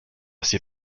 ses